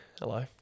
Hello